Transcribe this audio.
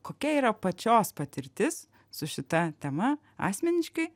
kokia yra pačios patirtis su šita tema asmeniškai